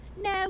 no